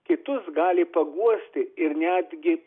kitus gali paguosti ir netgi